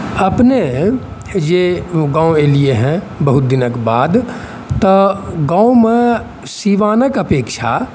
अपने जे गाँव एलिए हँ बहुत दिनके बाद तऽ गाँवमे सिवानके अपेक्षा